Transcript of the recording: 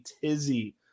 tizzy